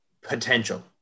potential